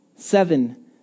Seven